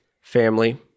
family